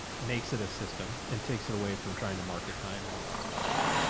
makes it a system and takes it away from trying to market time and all that sort of stuff.